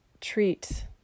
treat